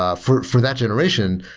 ah for for that generation,